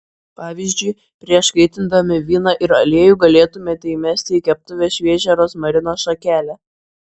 pavyzdžiui prieš kaitindami vyną ir aliejų galėtumėte įmesti į keptuvę šviežią rozmarino šakelę